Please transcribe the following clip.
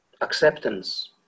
acceptance